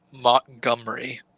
Montgomery